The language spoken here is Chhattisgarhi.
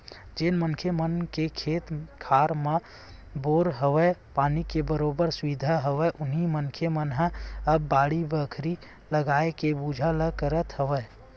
जेन मनखे मन के खेत खार मन म बोर हवय, पानी के बरोबर सुबिधा हवय उही मनखे मन ह अब बाड़ी बखरी लगाए के बूता ल करत हवय